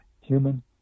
human